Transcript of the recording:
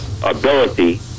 Ability